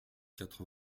quatre